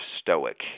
stoic